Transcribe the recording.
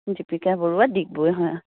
দীপিকা বৰুৱা ডিগবৈ হয়